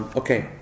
okay